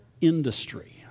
industry